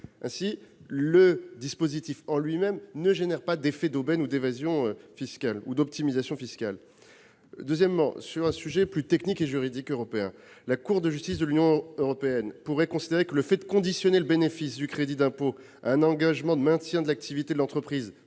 Ainsi, le dispositif en lui-même ne génère pas d'effet d'aubaine ou d'optimisation fiscale. D'un point de vue plus technique et juridique, la Cour de justice de l'Union européenne pourrait considérer que le fait de conditionner le bénéfice du crédit d'impôt à un engagement de maintien de l'activité de l'entreprise